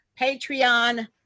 Patreon